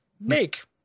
make